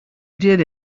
did